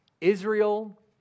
Israel